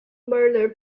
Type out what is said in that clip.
murder